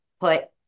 put